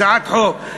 הצעת חוק,